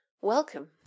Welcome